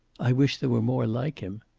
i wish there were more like him.